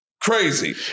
Crazy